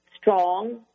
strong